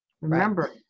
Remember